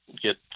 get